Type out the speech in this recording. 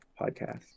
podcast